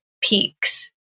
peaks